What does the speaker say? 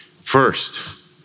first